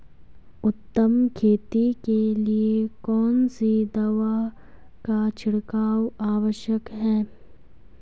उत्तम खेती के लिए कौन सी दवा का छिड़काव आवश्यक है?